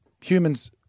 Humans